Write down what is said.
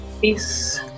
Peace